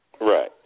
Right